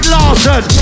Larson